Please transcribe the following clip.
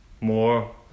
more